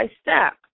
step